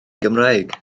gymraeg